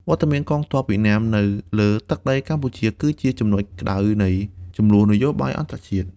វត្តមានកងទ័ពវៀតណាមនៅលើទឹកដីកម្ពុជា គឺជាចំណុចក្តៅនៃជម្លោះនយោបាយអន្តរជាតិ។